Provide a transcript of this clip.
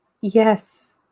Yes